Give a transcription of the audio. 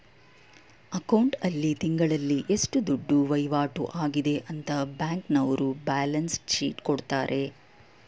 account ಆಲ್ಲಿ ತಿಂಗಳಲ್ಲಿ ಎಷ್ಟು ದುಡ್ಡು ವೈವಾಟು ಆಗದೆ ಅಂತ ಬ್ಯಾಂಕ್ನವರ್ರು ಬ್ಯಾಲನ್ಸ್ ಶೀಟ್ ಕೊಡ್ತಾರೆ